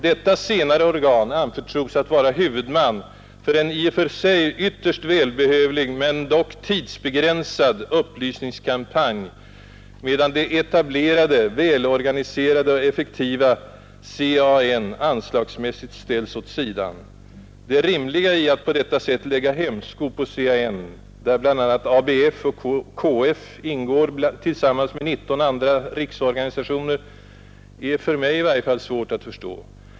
Detta senare organ anförtros att vara huvudman för en i och för sig ytterst välbehövlig men dock tidsbegränsad upplysningskampanj, medan det etablerade, välorganiserade och effektiva CAN anslagsmässigt ställs åt sidan. Det rimliga i att på detta sätt lägga hämsko på CAN, där bl.a. ABF och KF ingår tillsammans med 19 andra riksorganisationer, är — för mig i varje fall — svårt att förstå.